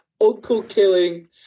Uncle-killing